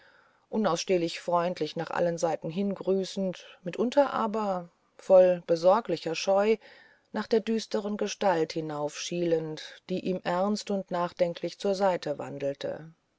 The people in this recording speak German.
unausstehlich freundlich nach allen seiten hingrüßend mitunter aber voll besorglicher scheu nach der düsteren gestalt hinaufschielend die ihm ernst und nachdenklich zur seite wandelte